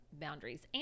boundaries